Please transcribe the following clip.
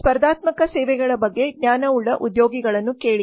ಸ್ಪರ್ಧಾತ್ಮಕ ಸೇವೆಗಳ ಬಗ್ಗೆ ಜ್ಞಾನವುಳ್ಳ ಉದ್ಯೋಗಿಗಳನ್ನು ಕೇಳಿ